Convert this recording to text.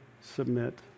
submit